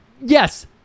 yes